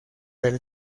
del